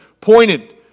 pointed